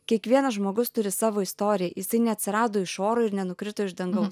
kiekvienas žmogus turi savo istoriją jisai neatsirado iš oro ir nenukrito iš dangaus